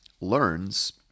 learns